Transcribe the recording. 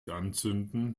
anzünden